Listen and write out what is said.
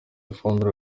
ifumbire